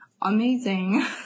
amazing